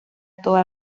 toda